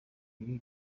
ibi